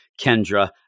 Kendra